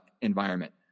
environment